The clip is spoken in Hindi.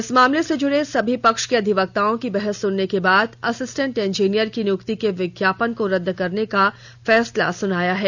इस मामले से जुड़े सभी पक्ष के अधिवक्ताओं की बहस सुनने के बाद असिस्टेंट इंजीनियर की नियुक्ति के विज्ञापन को रद्द करने का फैसला सुनाया है